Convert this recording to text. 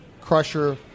crusher